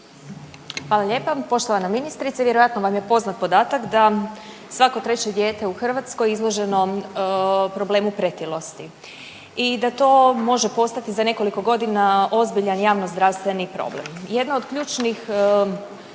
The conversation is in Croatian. Hvala lijepa. Poštovana ministrice, vjerojatno vam je poznat podatak da svako treće dijete u Hrvatskoj izloženo problemu pretilosti i da to može postati za nekoliko godina ozbiljan javnozdravstveni problem. Jedan od ključnih